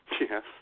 Yes